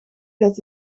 dat